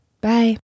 Bye